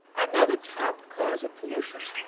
another top cause of pollution,